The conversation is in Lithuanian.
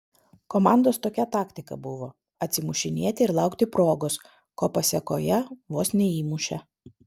komandos tokia taktika buvo atsimušinėti ir laukti progos ko pasėkoje vos neįmušė